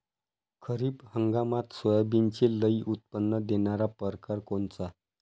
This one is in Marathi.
खरीप हंगामात सोयाबीनचे लई उत्पन्न देणारा परकार कोनचा?